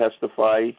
testify